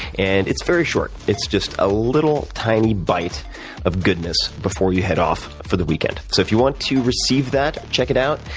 and it's very short. it's just a little, tiny bit of goodness before you head off for the weekend. so if you want to receive that, check it out.